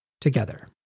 together